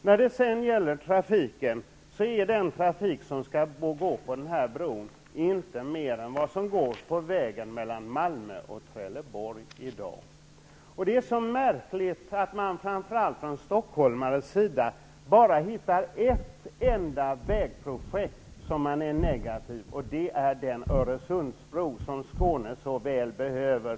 Den trafik som skall gå på denna bro är inte mer omfattande än den trafik som i dag går på vägen mellan Malmö och Trelleborg. Det är märkligt att man framför allt från stockholmares sida bara hittar ett enda vägprojekt som man är negativ till. Det är den Öresundsbro som Skåne så väl behöver.